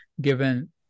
Given